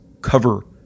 cover